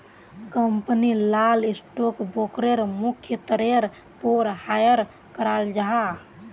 company लात stock broker मुख्य तौरेर पोर हायर कराल जाहा